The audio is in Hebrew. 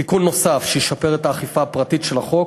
תיקון נוסף שישפר את האכיפה הפרטית של החוק